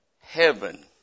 heaven